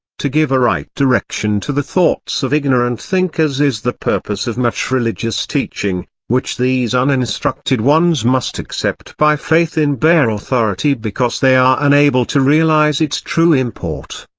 to give a right direction to the thoughts of ignorant thinkers is the purpose of much religious teaching, which these uninstructed ones must accept by faith in bare authority because they are unable to realise its true import.